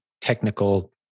technical